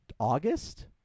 August